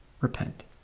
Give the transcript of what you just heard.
repent